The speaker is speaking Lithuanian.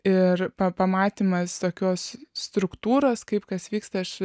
ir pa pamatymas tokios struktūros kaip kas vyksta aš